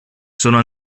sono